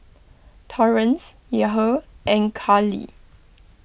Torrence Yahir and Carly